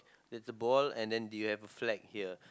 there's a ball and then do you have a flag here